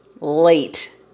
late